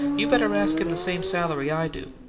you better ask him the same salary i do,